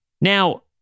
Now